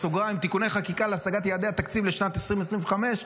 (תיקוני חקיקה להשגת יעדי התקציב לשנת 2025),